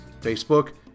Facebook